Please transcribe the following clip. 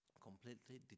completely